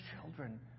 children